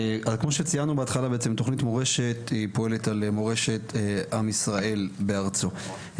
כמו שציינו בהתחלה תכנית מורשת היא פועלת על מורשת עם ישראל בארצו.